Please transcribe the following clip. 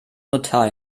notar